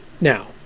Now